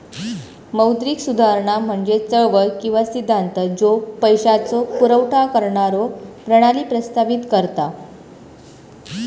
मौद्रिक सुधारणा म्हणजे चळवळ किंवा सिद्धांत ज्यो पैशाचो पुरवठा करणारो प्रणाली प्रस्तावित करता